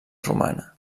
romana